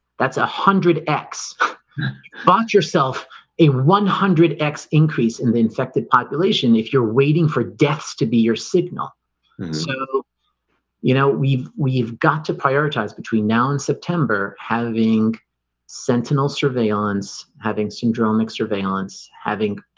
that's a hundred x bought yourself a one hundred x increase in the infected population if you're waiting for deaths to be your signal so you know, we've we've got to prioritize between now and september having sentinel surveillance having syndromic surveillance having